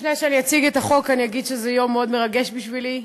לפני שאני אציג את החוק אני אגיד שזה יום מאוד מרגש בשבילי.